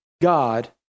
God